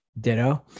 Ditto